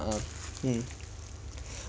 mm